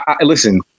listen